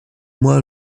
mois